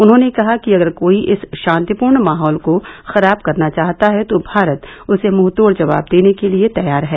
उन्होंने कहा कि अगर कोई इस शांतिपूर्ण माहौल को खराब करना चाहता है तो भारत उसे मुंहतोड़ जवाब देने के लिए तैयार है